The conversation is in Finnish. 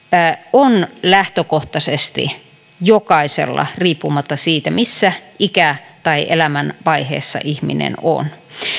on lähtökohtaisesti jokaisella riippumatta siitä missä ikä tai elämänvaiheessa ihminen on